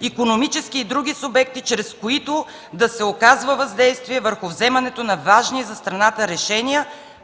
икономически и други субекти, чрез които да се оказва въздействие върху вземането на важни за страната решения,